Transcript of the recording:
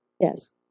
Yes